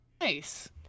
Nice